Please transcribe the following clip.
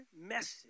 message